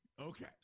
Okay